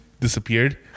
Disappeared